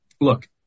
look